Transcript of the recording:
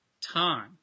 time